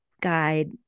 guide